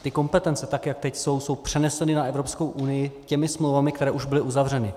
Ty kompetence, jak teď jsou, jsou přeneseny na Evropskou unii smlouvami, které už byly uzavřeny.